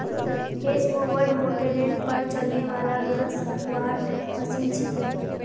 hedge mower मोटरेर पर चलने वाला घास कतवार मशीन छिके